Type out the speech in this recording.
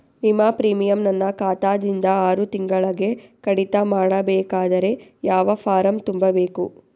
ವಿಮಾ ಪ್ರೀಮಿಯಂ ನನ್ನ ಖಾತಾ ದಿಂದ ಆರು ತಿಂಗಳಗೆ ಕಡಿತ ಮಾಡಬೇಕಾದರೆ ಯಾವ ಫಾರಂ ತುಂಬಬೇಕು?